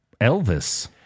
Elvis